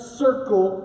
circle